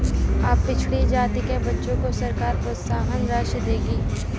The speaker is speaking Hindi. अब पिछड़ी जाति के बच्चों को सरकार प्रोत्साहन राशि देगी